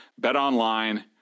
BetOnline